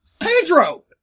Pedro